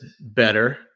better